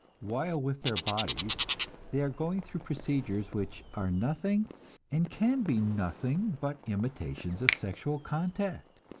while with their bodies they are going through procedures which are nothing and can be nothing but imitations of sexual contact?